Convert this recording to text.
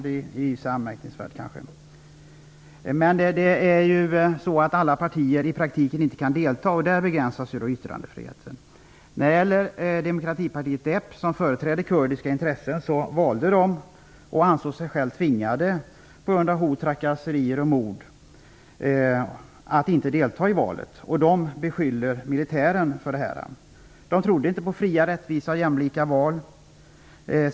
Men det är kanske inte så anmärkningsvärt. Alla partier kan i praktiken inte delta i val. Där begränsas yttrandefriheten. Demokratipartiet DEP, som företräder kurdiska intressen, ansåg sig på grund av hot, trakasserier och mord tvingat att inte delta i valet. Man skyller militären för detta. Man trodde inte på fria, rättvisa och jämlika val.